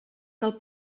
del